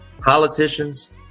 Politicians